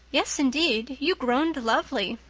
yes, indeed, you groaned lovely,